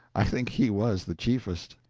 i think he was the chiefest.